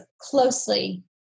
closely